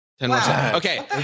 Okay